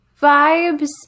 vibes